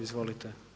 Izvolite.